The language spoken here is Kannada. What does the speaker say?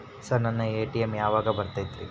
ಸರ್ ನನ್ನ ಎ.ಟಿ.ಎಂ ಯಾವಾಗ ಬರತೈತಿ?